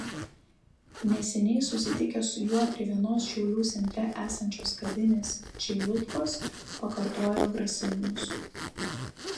neseniai susitikę su juo prie vienos šiaulių centre esančios kavinės čeilutkos pakartojo grasinimus